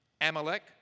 Amalek